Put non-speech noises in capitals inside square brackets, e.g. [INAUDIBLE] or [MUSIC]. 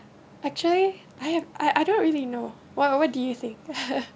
[BREATH] actually I have I I don't really know what what what do you think [LAUGHS]